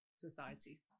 society